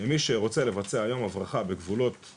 מי שרוצה לבצע היום הברחה בגבולות-